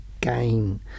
gain